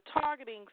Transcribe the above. targeting